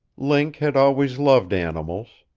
link had always loved animals.